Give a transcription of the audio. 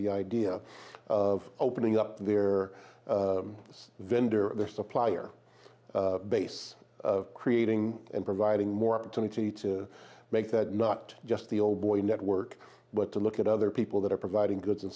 the idea of opening up their vendor their supplier base creating and providing more opportunity to make that not just the old boys network but to look at other people that are providing goods and